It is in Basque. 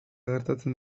gertatzen